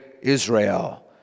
Israel